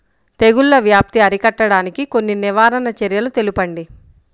తెగుళ్ల వ్యాప్తి అరికట్టడానికి కొన్ని నివారణ చర్యలు తెలుపండి?